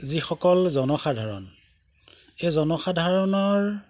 যিসকল জনসাধাৰণ এই জনসাধাৰণৰ